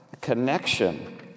connection